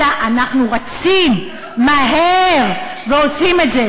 אלא אנחנו רצים מהר ועושים את זה.